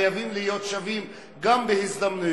וחייבים להיות שווים גם בהזדמנויות.